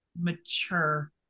mature